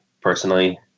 personally